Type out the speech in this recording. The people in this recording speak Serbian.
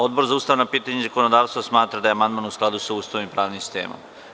Odbor za ustavna pitanja i zakonodavstvo smatra da je amandman u skladu sa Ustavom i pravnim sistemom.